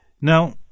Now